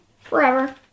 Forever